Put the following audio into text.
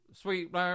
Sweet